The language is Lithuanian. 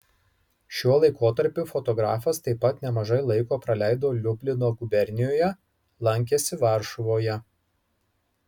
šiuo laikotarpiu fotografas taip pat nemažai laiko praleido liublino gubernijoje lankėsi varšuvoje